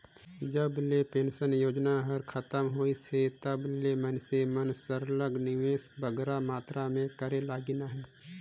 जब ले पेंसन योजना हर खतम होइस हे तब ले मइनसे मन सरलग निवेस बगरा मातरा में करे लगिन अहे